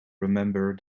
remember